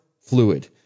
fluid